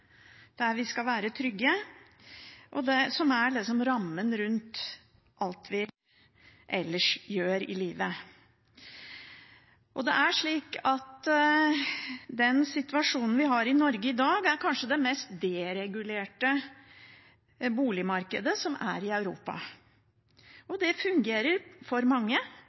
vi skal være trygge, og som er rammen rundt alt vi ellers gjør i livet. Norge har i dag kanskje det mest deregulerte boligmarkedet i Europa. Det fungerer for mange, og på mange måter, men det fungerer slett ikke perfekt, og i hvert fall ikke for